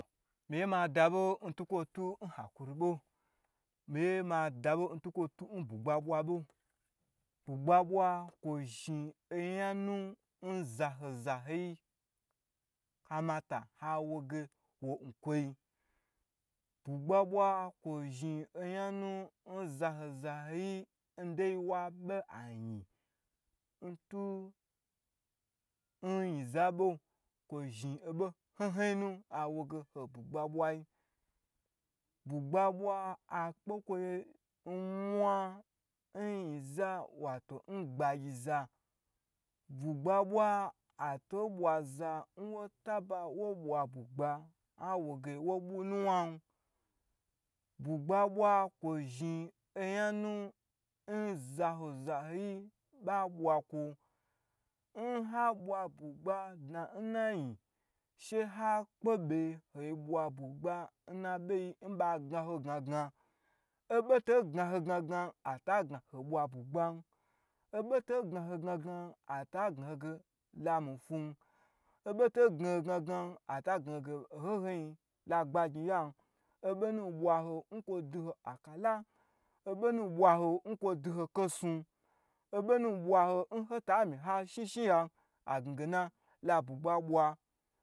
Mii ye ma daɓon twukwo tu n hakwun ɓo, mii ye ma daɓo n twu kwo twu n bwu gba ɓwa ɓo, bwu gba ɓwa, kwo zhni onya nu, n za ho zahoyu kamata, a woge wo nkwoi, bwugba ɓwa kwo zhni onyo nu, n zaho zaho yin dai wa ɓe anyi n twu n nyiza ɓo, kwo zhni oɓo hnyin hnyin nu awoge hon bwugba ɓwai bwugba ɓwa a kpe kwoye n mwa n nyiza, wato n gba gyiza, bwu gba ɓwa, a to ɓwa za, n wo taba wo ɓwa bwugba a woge wo ɓwu nuwnan, bwugba ɓwa kwozhni onya nu, nzaho zaho yiɓa ɓwa kwo, n ha ɓwa bwugba dna n nanyi, she ha kpe ɓe ho i ɓwa bwugba n na ɓei nɓa gna ho gnagna, o ɓo toi gnaho gnagnanata gna ho ge ho ɓwa bwugban, oɓotoi gna hognagn ata gna ho ge lamdi fwun, oɓo to gna ho gna gnan, ata gna ho ge, ohon honyi la gba gnyi yain, oɓo nu ɓwa ho n kwo dwu ho atala, oɓo nu ɓwa hon kwo dwu ho ko snu, oɓo nu ɓwa hon hota myi, ha shni shni yan, a gnage na la bwugba swa.